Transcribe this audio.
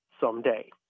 someday